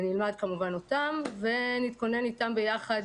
ומתכוננים לבחון